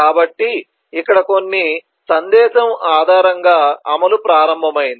కాబట్టి ఇక్కడ కొన్ని సందేశం ఆధారంగా అమలు ప్రారంభమైంది